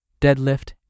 deadlift